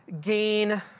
gain